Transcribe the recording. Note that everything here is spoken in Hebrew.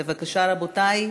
בבקשה, רבותי,